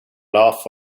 laugh